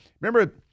remember